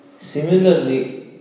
Similarly